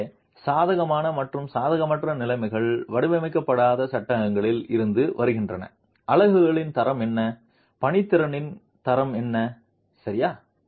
எனவே சாதகமான மற்றும் சாதகமற்ற நிலைமைகள் வடிவமைக்கப்படாத சட்டங்களில் இருந்து வருகின்றன அலகுகளின் தரம் என்ன பணித்திறனின் தரம் என்ன சரியா